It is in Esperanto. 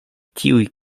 tiuj